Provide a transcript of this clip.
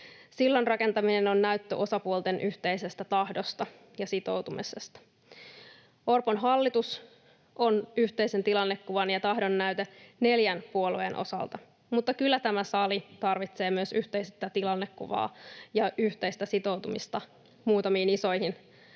Sillan rakentaminen on näyttö osapuolten yhteisestä tahdosta ja sitoutumisesta. Orpon hallitus on yhteisen tilannekuvan ja tahdon näyte neljän puolueen osalta, mutta kyllä tämä sali tarvitsee myös yhteistä tilannekuvaa ja yhteistä sitoutumista muutamiin isoihin tavoitteisiin